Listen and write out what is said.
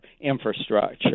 infrastructure